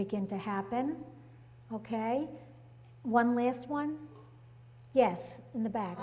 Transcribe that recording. begin to happen ok one last one yes in the back